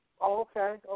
okay